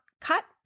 cut